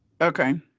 Okay